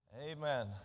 Amen